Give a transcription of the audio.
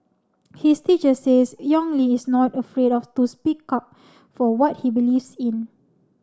his teacher says Yong Li is not afraid of to speak up for what he believes in